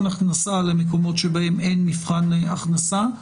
מבחן הכנסה למקומות שבהם אין מבחן הכנסה.